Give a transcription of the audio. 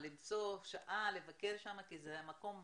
למצוא שעה לבקר שם כי זה מקום מדהים.